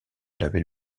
label